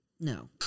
No